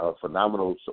Phenomenal